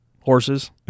Horses